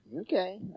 Okay